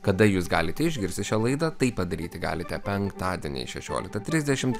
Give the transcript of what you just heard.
kada jūs galite išgirsti šią laidą tai padaryti galite penktadienį šešioliktą trisdešimt